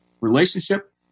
relationship